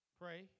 Pray